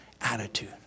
attitude